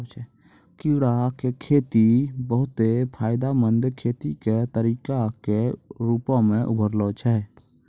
कीड़ा के खेती बहुते फायदामंद खेती के तरिका के रुपो मे उभरलो छै